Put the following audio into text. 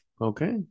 Okay